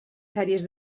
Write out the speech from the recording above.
sèries